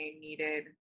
needed